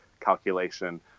calculation